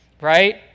right